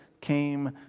came